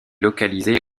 localisée